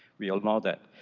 we all know that.